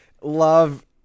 love